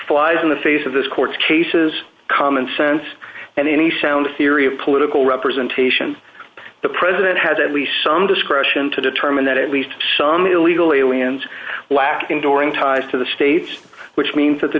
flies in the face of this court's cases common sense and any sound theory of political representation the president has at least some discretion to determine that at least some illegal aliens lacking during ties to the state which means that the